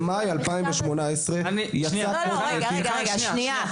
על זה הדיון, על זה הדיון.